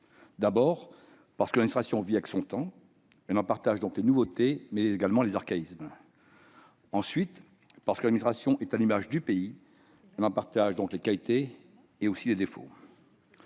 d'abord parce que l'administration vit avec son temps et en partage autant les nouveautés que les archaïsmes, ensuite, parce que l'administration est à l'image du pays et en partage autant les qualités que les défauts.